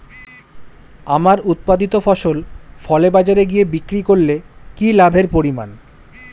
আমার উৎপাদিত ফসল ফলে বাজারে গিয়ে বিক্রি করলে কি লাভের পরিমাণ?